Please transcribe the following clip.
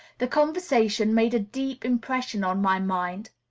the conversation made a deep impression on my mind.